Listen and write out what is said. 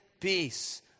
peace